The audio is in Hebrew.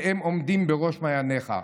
שהם עומדים בראש מעייניך.